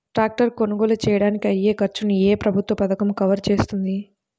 Tractor కొనుగోలు చేయడానికి అయ్యే ఖర్చును ఏ ప్రభుత్వ పథకం కవర్ చేస్తుంది?